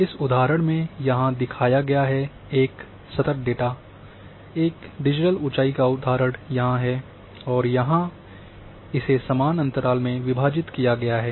इस उदाहरण में यहां दिखाया गया है एक सतत डेटा है एक डिजिटल ऊँचाई का उदाहरण यहाँ है और यहाँ इसे समान अंतराल में विभाजित किया गया है